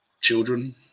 children